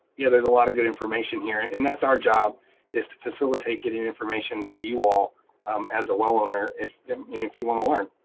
yeah there's a lot of good information here. and and that's our job is to facilitate getting information to you all as a well owner, if um if you wanna learn.